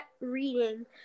reading